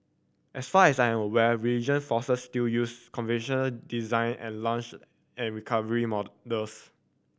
as far as I'm aware regional forces still use convention design and launch and recovery methods